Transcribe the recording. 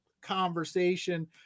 conversation